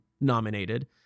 nominated